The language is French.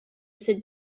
cette